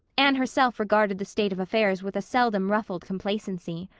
anne herself regarded the state of affairs with a seldom-ruffled complacency.